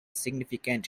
significant